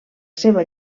seva